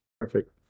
Perfect